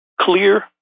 Clear